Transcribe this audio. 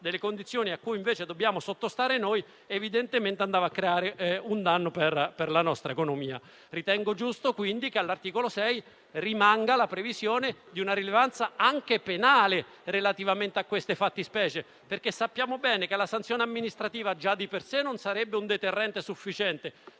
delle condizioni a cui invece dobbiamo sottostare noi, evidentemente andando a creare un danno per la nostra economia. Ritengo giusto, quindi, che all'articolo 6 rimanga la previsione di una rilevanza anche penale relativamente a queste fattispecie, perché sappiamo bene che la sanzione amministrativa già di per sé non sarebbe un deterrente sufficiente,